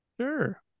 sure